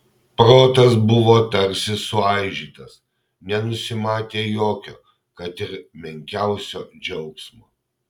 protas buvo tarsi suaižytas nenusimatė jokio kad ir menkiausio džiaugsmo